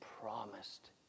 promised